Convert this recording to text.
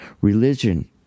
Religion